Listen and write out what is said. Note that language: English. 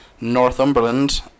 Northumberland